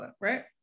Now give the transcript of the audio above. right